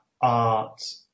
art